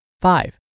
Five